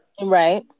Right